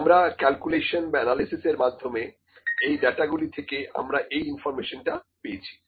আমরা ক্যালকুলেশন বা অ্যানালিসিস এর মাধ্যমে এই ডাটাগুলো থেকে আমরা এই ইনফর্মেশনটা পেয়েছি